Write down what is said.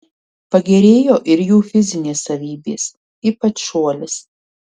pagerėjo ir jų fizinės savybės ypač šuolis